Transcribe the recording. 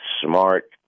smart